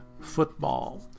football